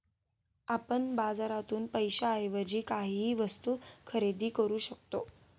आपण बाजारातून पैशाएवजी काहीही वस्तु खरेदी करू शकता